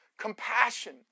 Compassion